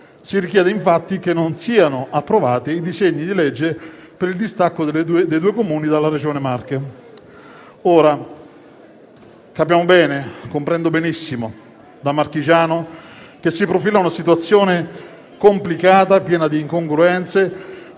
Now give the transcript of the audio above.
Si richiede infatti che non siano approvati i disegni di legge per il distacco dei due Comuni dalla Regione Marche. Comprendo benissimo da marchigiano che si profila una situazione complicata e piena di incongruenze